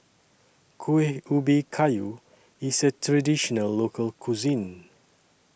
Kueh Ubi Kayu IS A Traditional Local Cuisine